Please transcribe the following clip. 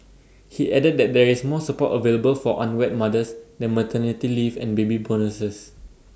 he added that there is more support available for unwed mothers than maternity leave and baby bonuses